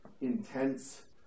intense